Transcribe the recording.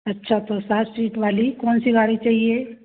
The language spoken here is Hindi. अच्छा तो सात सीट वाली कौन सी गाड़ी चाहिए